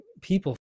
people